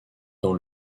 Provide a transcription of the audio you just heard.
dans